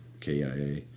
KIA